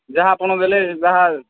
ଯାହା ଆପଣ ଦେଲେ ଯାହା